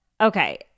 okay